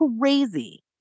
crazy